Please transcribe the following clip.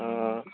आं